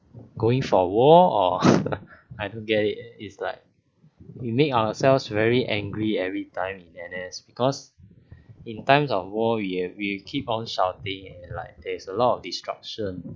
going for a walk or I don't get it it's like we make ourselves very angry everytime in N_S because in times of war we yeah we keep on shouting and like there's a lot of destruction